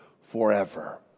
forever